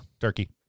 Turkey